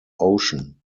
ocean